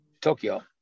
Tokyo